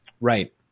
Right